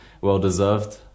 Well-deserved